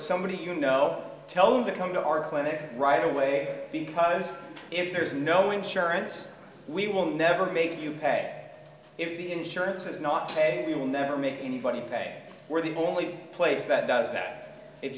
somebody you know tell them to come to our clinic right away because if there's no insurance we will never make you pay if the insurance is not paid we will never make anybody pay we're the only place that does that if